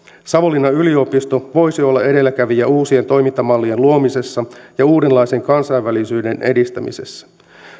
savonlinnan yliopisto voisi olla edelläkävijä uusien toimintamallien luomisessa ja uudenlaisen kansainvälisyyden edistämisessä